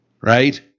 right